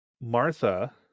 Martha